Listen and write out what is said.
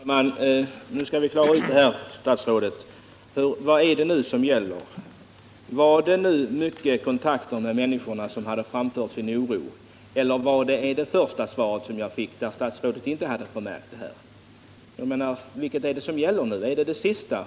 Herr talman! Nu skall vi klara ut det här, statsrådet. Vad är det nu som gäller? Skedde det många kontakter med de människor som känner oro? Eller är det det första svaret som gäller i vilket statsrådet sade att hon inte hade märkt någonting av detta? Vilket är det som gäller? Är det det sista?